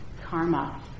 karma